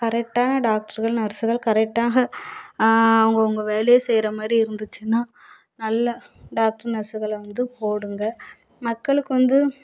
கரெக்டான டாக்டர்கள் நர்ஸ்கள் கரெக்டாக அவங்க அவங்க வேலையை செய்யற மாதிரி இருந்திச்சுன்னா நல்ல டாக்ட்ரு நர்ஸுகள வந்து போடுங்கள் மக்களுக்கு வந்து